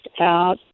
out